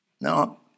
No